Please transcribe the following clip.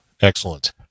excellent